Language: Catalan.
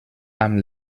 amb